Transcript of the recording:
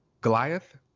Goliath